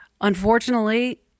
Unfortunately